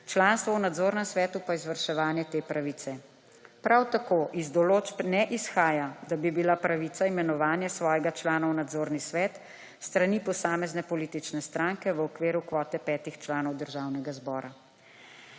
članstvo v nadzornem svetu pa izvrševanje te pravice. Prav tako iz določb ne izhaja, da bi bila pravica imenovanje svojega člana v nadzorni svet s strani posamezne politične stranke v okviru kvote petih članov Državnega zbora.